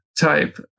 type